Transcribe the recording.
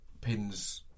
pins